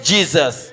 Jesus